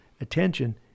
attention